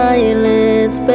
Silence